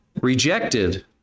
rejected